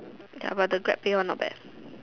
ya but the Grab pay one not bad